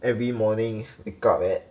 every morning wake up at